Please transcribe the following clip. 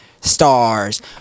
stars